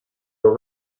were